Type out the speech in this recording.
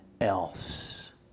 else